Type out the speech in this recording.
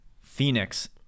Phoenix